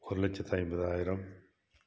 ஒரு லட்சத்து ஐம்பதாயிரம்